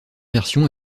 version